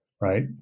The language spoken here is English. Right